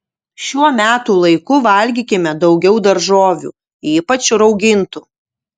šiuo metų laiku valgykime daugiau daržovių ypač raugintų